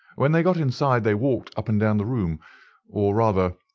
when they got inside they walked up and down the room or rather,